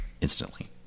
instantly